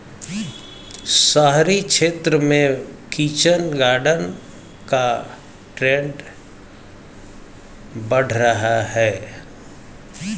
शहरी क्षेत्र में किचन गार्डन का ट्रेंड बढ़ रहा है